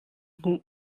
hmuh